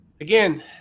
again